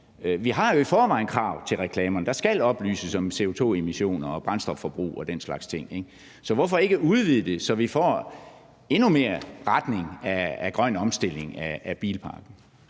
stiller jo i forvejen krav til reklamerne. Der skal oplyses om CO2-emissioner, brændstofforbrug og den slags ting. Så hvorfor ikke udvide det, så vi kan gå endnu mere i retning af en grøn omstilling af bilparken?